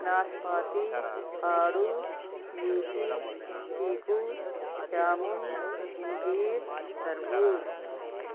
ناشپاتی آڑو لیچی چیکو جامن انجیر تربوز